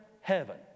heaven